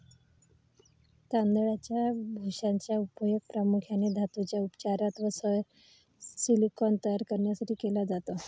तांदळाच्या भुशाचा उपयोग प्रामुख्याने धातूंच्या उपचारात व सौर सिलिकॉन तयार करण्यासाठी केला जातो